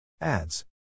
Ads